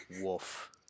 Wolf